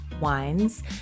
wines